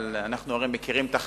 אבל אנחנו הרי מכירים את הילד,